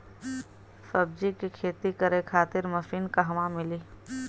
सब्जी के खेती करे खातिर मशीन कहवा मिली?